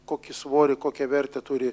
kokį svorį kokią vertę turi